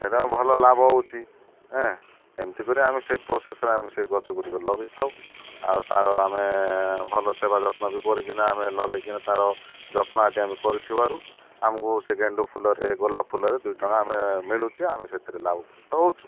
ସେଇଟା ଭଲ ଲାଭ ହେଉଛି ଏଁ ଏମିତିକ ଆମେ ସେ ପ୍ରୋସେସରେ ଆମେ ସେଇ ଗଛ ଗୁଡ଼ିକ ଲଗେଇଥାଉ ଆଉ ତାର ଆମେ ଭଲ ସେବା ଯତ୍ନ ବି କରିକିନା ଆମେ ଲଗେଇକିନା ତାର ଯତ୍ନ ଆଦି ଆମେ କରିଥିବାରୁ ଆମକୁ ସେ ଗେଣ୍ଡୁ ଫୁଲରେ ଗୋଲାପ ଫୁଲରେ ଦୁଇ ଟଙ୍କା ଆମେ ମିଳୁଛି ଆମେ ସେଥିରେ ଲାଭକୃତ ହେଉଛୁ